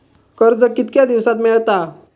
कर्ज कितक्या दिवसात मेळता?